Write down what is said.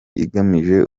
igamije